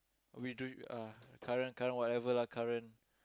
we drew uh current current whatever lah current